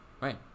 right